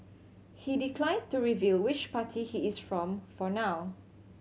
he declined to review which party he is from for now